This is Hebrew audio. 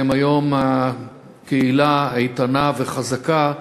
והיום הם קהילה איתנה וחזקה,